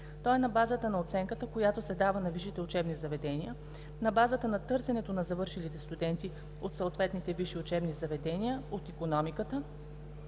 Той е на базата на оценката, която се дава на висшите учебни заведения, на базата на търсенето на завършилите студенти от съответните висши учебни заведения, от икономиката,